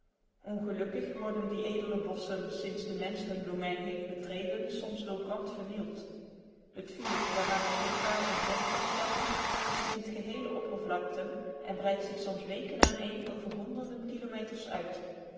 ongelukkig worden die edele bosschen sinds de mensch hun domein heeft betreden soms door brand vernield het vuur waaraan men geen paal en perk kan stellen verslindt geheele oppervlakten en breidt zich soms weken aaneen over honderden kilometers uit